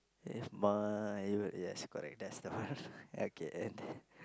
if my y~ yes correct that's the okay and then